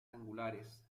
angulares